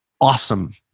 awesome